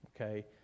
okay